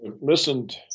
listened